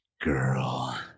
girl